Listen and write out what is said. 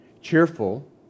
cheerful